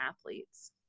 athletes